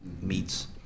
meats